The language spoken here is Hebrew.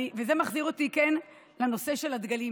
זה מחזיר אותי לנושא של הדגלים.